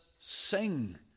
sing